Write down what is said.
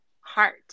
heart